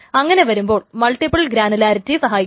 അങ്ങനെ വരുമ്പോൾ multiple granularity സഹായിക്കും